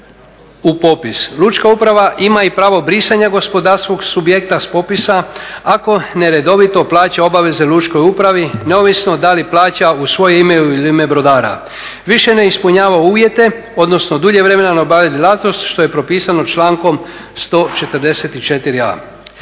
u popis. Lučka uprava ima i pravo brisanja gospodarskog subjekta s popisa, ako neredovito plaća obaveze lučkoj upravi neovisno da li plaća u svoje ime ili u ime brodara. Više neispunjava uvjete, odnosno dulje vremena … što je propisano člankom 144a.